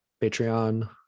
Patreon